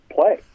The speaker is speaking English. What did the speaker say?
play